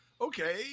okay